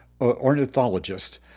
ornithologist